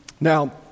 Now